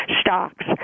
stocks